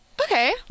Okay